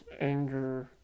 anger